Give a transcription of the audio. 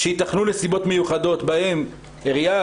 שיתכנו נסיבות מיוחדות בהן עירייה,